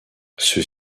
ceux